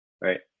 Right